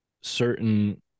certain